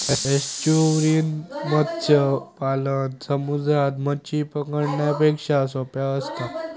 estuarine मत्स्य पालन समुद्रात मच्छी पकडण्यापेक्षा सोप्पा असता